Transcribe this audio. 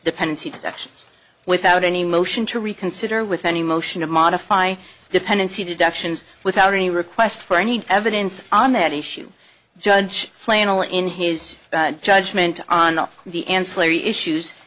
dependency deductions without any motion to reconsider with any motion of modify dependency deductions without any request for any evidence on that issue judge flannel in his judgment on the ancillary issues